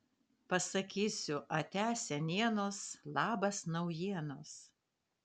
pasakysiu atia senienos labas naujienos